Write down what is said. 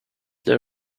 their